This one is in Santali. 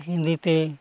ᱦᱤᱱᱫᱤ ᱛᱮ